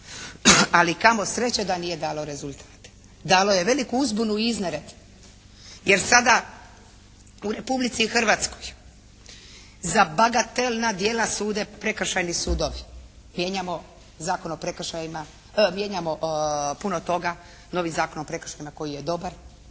Ali kamo sreće da nije dalo rezultate! Dalo je veliku uzbunu i iznered jer sada u Republici Hrvatskoj za bagatelna djela sude prekršajni sudovi. Mijenjamo Zakon o prekršajima, mijenjamo